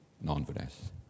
nonetheless